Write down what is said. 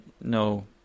no